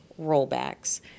rollbacks